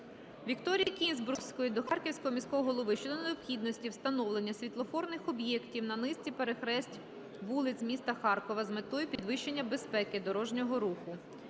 Вікторії Кінзбурської до Харківського міського голови щодо необхідності встановлення світлофорних об'єктів на низці перехресть вулиць міста Харкова з метою підвищення безпеки дорожнього руху.